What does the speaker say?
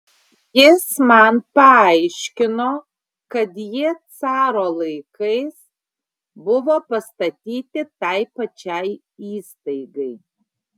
jis man paaiškino kad jie caro laikais buvo pastatyti tai pačiai įstaigai